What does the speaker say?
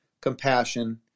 compassion